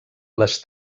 les